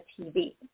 TV